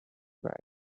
right